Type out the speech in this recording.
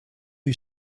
you